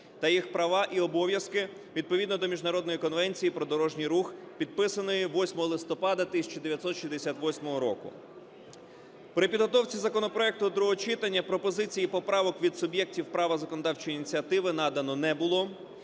та їх права і обов'язки відповідно до міжнародної Конвенції про дорожній рух, підписаної 8 листопада 1968 року. При підготовці законопроекту до другого читання пропозицій і поправок від суб'єктів права законодавчої ініціативи надано не було.